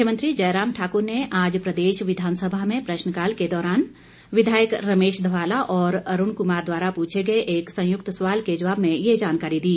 मुख्यमंत्री जयराम ठाक्र ने आज प्रदेश विधानसभा में प्रश्नकाल के दौरान विधायक रमेश धवाला और अरुण कुमार द्वारा पूछे गए एक संयुक्त सवाल के जवाब में ये जानकारी दी